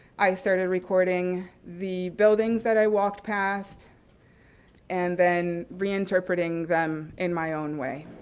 i started recording the buildings that i walked past and then reinterpreting them in my own way.